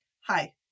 Hi